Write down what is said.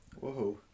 Whoa